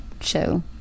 show